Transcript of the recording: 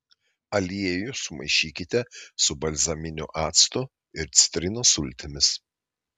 aliejų sumaišykite su balzaminiu actu ir citrinos sultimis